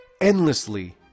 endlessly